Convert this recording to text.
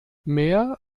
mehr